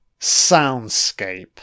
soundscape